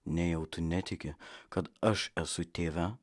nejau tu netiki kad aš esu tėve